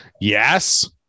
Yes